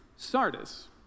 Sardis